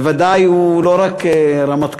בוודאי הוא לא רק רמטכ"ל,